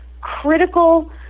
critical